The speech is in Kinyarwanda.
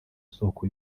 soko